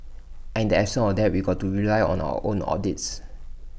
and in the absence of that we've got to rely on our own audits